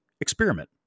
experiment